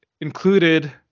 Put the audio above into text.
included